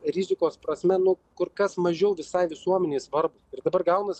rizikos prasme nu kur kas mažiau visai visuomenei svarbūs ir dabar gaunas